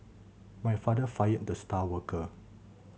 my father fired the star worker